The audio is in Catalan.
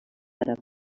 àrab